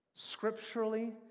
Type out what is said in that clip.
scripturally